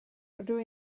rydw